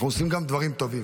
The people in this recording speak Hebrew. אנחנו עושים גם דברים טובים.